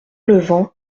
levant